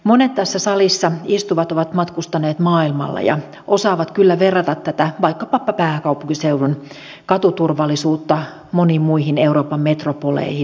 monet tässä salissa istuvat ovat matkustaneet maailmalla ja osaavat kyllä verrata tätä vaikkapa pääkaupunkiseudun katuturvallisuutta moniin muihin euroopan metropoleihin